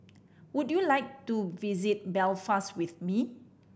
would you like to visit Belfast with me